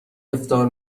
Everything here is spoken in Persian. افطار